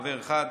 חבר אחד,